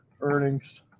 earnings